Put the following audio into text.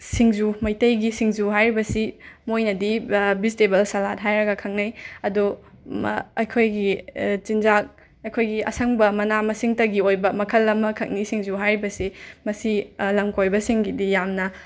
ꯁꯤꯡꯖꯨ ꯃꯩꯇꯩꯒꯤ ꯁꯤꯡꯖꯨ ꯍꯥꯏꯔꯤꯕꯁꯤ ꯃꯣꯏꯅꯗꯤ ꯕꯤꯖꯤꯇꯦꯕꯜ ꯁꯂꯥꯠ ꯍꯥꯏꯔꯒ ꯈꯪꯅꯩ ꯑꯗꯨ ꯑꯩꯈꯣꯏꯒꯤ ꯆꯤꯟꯖꯥꯛ ꯑꯩꯈꯣꯏꯒꯤ ꯑꯁꯪꯕ ꯃꯅꯥ ꯃꯁꯤꯡꯇꯒꯤ ꯑꯣꯏꯕ ꯃꯈꯜ ꯑꯃꯈꯛꯅꯤ ꯁꯤꯡꯖꯨ ꯍꯥꯏꯔꯤꯕꯁꯤ ꯃꯁꯤ ꯂꯝ ꯀꯣꯏꯕꯁꯤꯡꯒꯤꯗꯤ ꯌꯥꯝꯅ